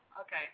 Okay